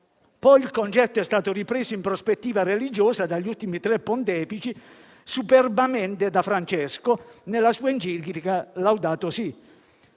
Poi il concetto è stato ripreso, in prospettiva religiosa, dagli ultimi tre pontefici e superbamente da Francesco nella sua enciclica «Laudato si'».